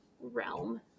realm